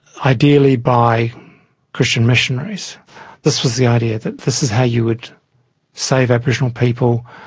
ideally by christian missionaries this was the idea that this is how you would save aboriginal people.